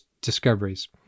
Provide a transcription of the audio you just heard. discoveries